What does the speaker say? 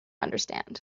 understand